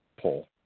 pull